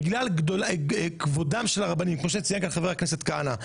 בגלל כבודם של הרבנים,